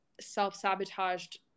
self-sabotaged